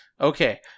Okay